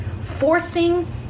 forcing